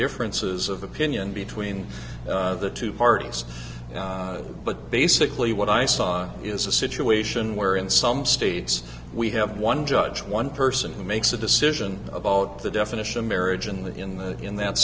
differences of opinion between the two parties but basically what i saw is a situation where in some states we have one judge one person who makes a decision about the definition of marriage in the in the in that